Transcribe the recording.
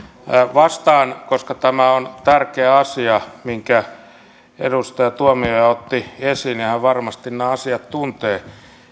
vastaan koska tämä on tärkeä asia minkä edustaja tuomioja otti esiin ja hän varmasti nämä asiat tuntee